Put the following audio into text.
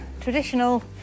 traditional